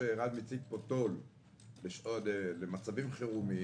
שערן מציג פה תו"ל שטוב למצבים חירומיים,